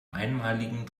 einmaligen